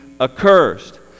accursed